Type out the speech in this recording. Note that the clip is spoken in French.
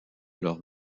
leurs